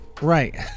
Right